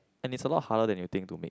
and it's a lot harder than you think to make